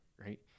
right